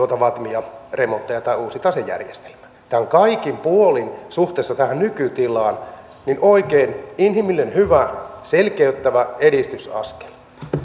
vaatimia remontteja tai uusitaan se järjestelmä tämä on kaikin puolin suhteessa tähän nykytilaan oikein inhimillinen hyvä selkeyttävä edistysaskel